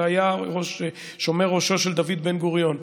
שהיה שומר ראשו של דוד בן-גוריון,